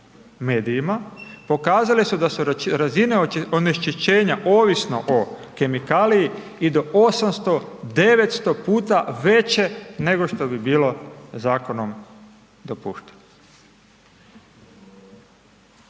pokazale su da su razine onečišćenja ovisno o kemikaliji i do 800, 900 puta veće nego što bi bilo zakonom dopušteno.